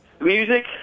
Music